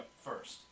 first